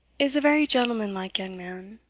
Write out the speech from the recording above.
is a very gentleman-like young man.